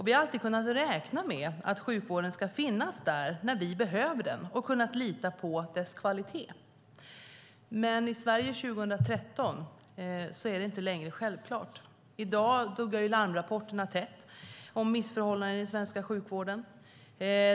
Vi har alltid kunnat räkna med att sjukvården ska finnas där när vi behöver den och kunnat lita på dess kvalitet. Men i Sverige 2013 är det inte längre självklart. I dag duggar larmrapporterna tätt om missförhållanden i den svenska sjukvården.